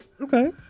Okay